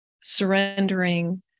surrendering